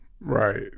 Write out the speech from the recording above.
Right